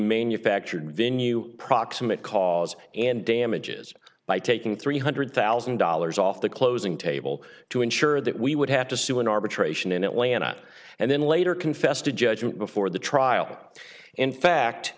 mania factored venue proximate cause and damages by taking three hundred thousand dollars off the closing table to ensure that we would have to sue in arbitration in atlanta and then later confessed to judgement before the trial in fact